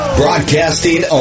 broadcasting